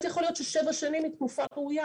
יכול להיות ששבע שנים היא תקופה ראויה,